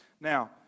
Now